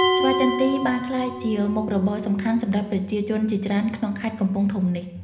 ស្វាយចន្ទីបានក្លាយជាមុខរបរសំខាន់សម្រាប់ប្រជាជនជាច្រើនក្នុងខេត្តកំពង់ធំនេះ។